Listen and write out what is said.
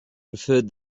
preferred